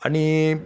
आणि